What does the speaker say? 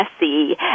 messy